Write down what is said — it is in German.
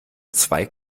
zwei